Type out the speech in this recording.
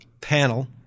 panel